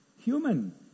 Human